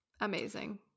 amazing